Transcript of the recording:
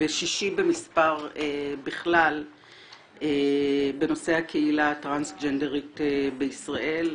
וחמישי במספר בכלל בנושא הקהילה הטרנסג'נדרית בישראל.